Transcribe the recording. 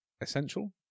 essential